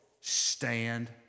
Stand